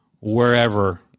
wherever